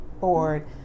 board